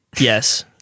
yes